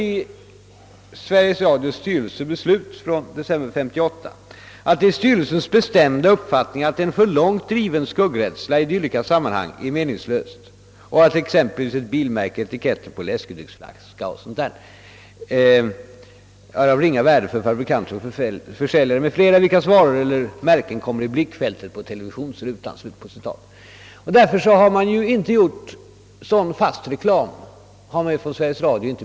I Sveriges Radios styrelsebeslut från december 1958 heter det: »Det är styrelsens bestämda uppfattning, att en för långt driven skuggrädsla i dylika sammanhang är meningslös och att exempelvis ett bilmärke, etiketten på en läskedrycksflaska, namn på märkesvaror o. d. är av ringa värde för fabrikanter och försäljare m.fl., vilkas varor eller märken kommer i blickfältet på televisionsrutan.» Från Sveriges Radios sida har man därför inte brytt sig om att reagera mot sådan fast reklam.